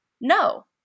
no